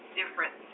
different